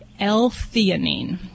L-theanine